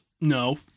No